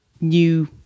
new